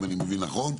אם אני מבין נכון.